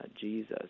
Jesus